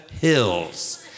hills